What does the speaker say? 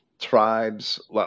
tribes